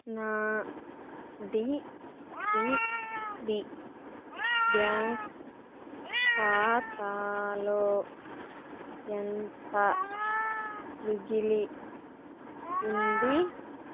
నా DCB bank ఖాతాలో ఎంత మిగిలి ఉంది